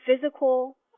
physical